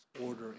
order